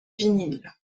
vinyle